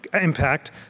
impact